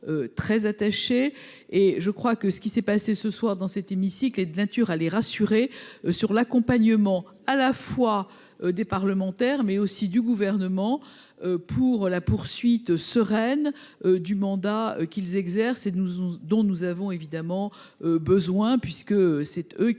très attachés, et je crois que ce qui s'est passé ce soir, dans cet hémicycle, est de nature à les rassurer sur l'accompagnement à la fois des parlementaires, mais aussi du gouvernement pour la poursuite sereine du mandat qu'ils exercent et nous on dont nous avons évidemment besoin puisque c'est eux qui